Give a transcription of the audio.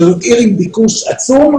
שזו עיר עם ביקוש עצום,